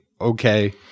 okay